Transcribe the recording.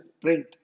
print